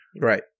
Right